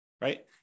right